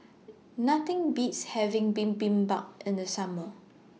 Nothing Beats having Bibimbap in The Summer